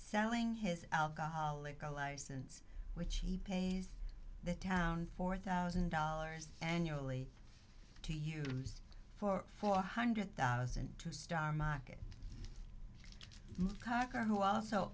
selling his alcoholic go license which he pays the town four thousand dollars annually to use for four hundred thousand to star mock it conquer who also